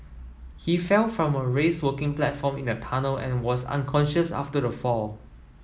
he fell from a raised working platform in the tunnel and was unconscious after the fall